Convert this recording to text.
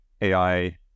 AI